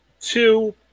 two